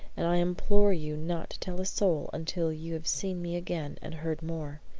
and i implore you not to tell a soul until you have seen me again and heard more.